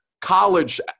College